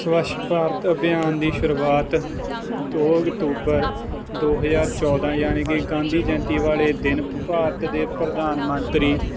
ਸਵੱਛ ਭਾਰਤ ਅਭਿਆਨ ਦੀ ਸ਼ੁਰੂਆਤ ਦੋ ਅਕਤੂਬਰ ਦੋ ਹਜ਼ਾਰ ਚੌਦਾਂ ਯਾਨੀ ਕਿ ਗਾਂਧੀ ਜਯੰਤੀ ਵਾਲੇ ਦਿਨ ਭਾਰਤ ਦੇ ਪ੍ਰਧਾਨ ਮੰਤਰੀ